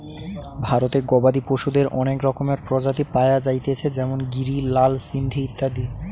ভারতে গবাদি পশুদের অনেক রকমের প্রজাতি পায়া যাইতেছে যেমন গিরি, লাল সিন্ধি ইত্যাদি